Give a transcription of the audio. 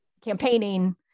campaigning